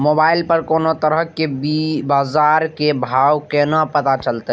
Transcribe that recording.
Mobile पर कोनो तरह के बाजार के भाव केना पता चलते?